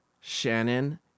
Shannon